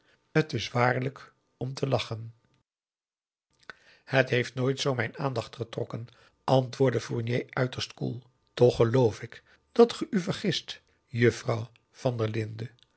het is waarlijk om te lachen het heeft nooit zoo mijn aandacht getrokken antwoordde fournier uiterst koel toch geloof ik dat ge u vergist juffrouw van der linden